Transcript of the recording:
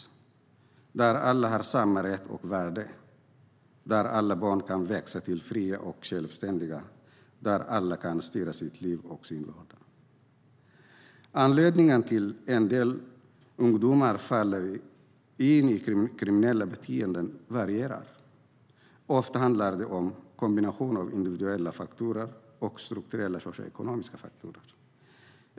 Jag tror på ett samhälle där alla har samma rätt och värde och där alla barn kan växa till fria och självständiga människor som själva kan styra sitt liv och sin vardag. Anledningen till att en del ungdomar faller in i kriminella beteenden varierar. Ofta handlar det om en kombination av individuella faktorer och strukturella socioekonomiska faktorer.